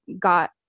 got